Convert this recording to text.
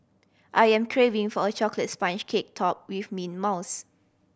I am craving for a chocolate sponge cake topped with mint mousse